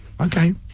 Okay